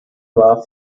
war